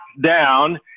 down